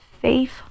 Faith